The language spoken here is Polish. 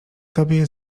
tobie